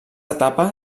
etapa